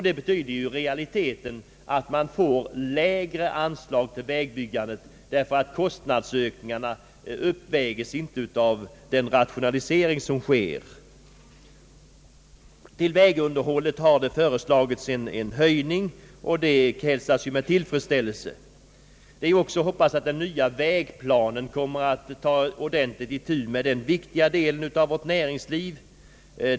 Det betyder i realiteten att man får lägre anslag till vägbyggandet, därför att kostnadsökningarna inte uppvägs av den rationalisering som sker. Det har föreslagits en höjning av anslaget till vägunderhållet, vilket jag hälsar med tillfredsställelse. Det är också att hoppas att den nya vägplanen kommer att ta ordentligt itu med den viktiga delen av vårt näringsliv.